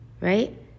right